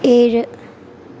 ഏഴ്